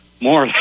more